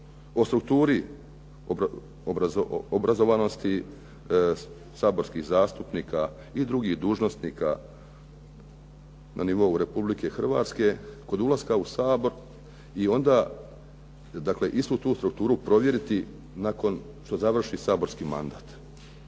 po strukturi obrazovanosti saborskih zastupnika i drugih dužnosnika na nivou Republike Hrvatske kod ulaska u Sabor i onda dakle istu tu strukturu provjeriti nakon što završi saborski mandat?